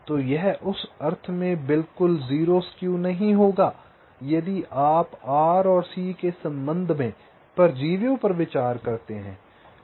तो यह उस अर्थ में बिल्कुल 0 तिरछा नहीं होगा यदि आप आर और सी के संबंध में परजीवियों पर विचार करते हैं